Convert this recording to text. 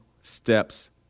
steps